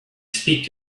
speak